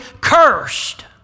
cursed